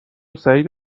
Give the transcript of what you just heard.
سعید